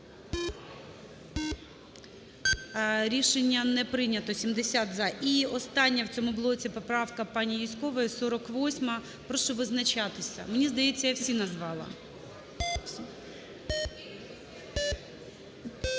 Рішення не прийнято. 70 - "за". І остання в цьому блоці поправка пані Юзькової - 48-а. Прошу визначатися. Мені здається, я всі назвала.